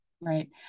Right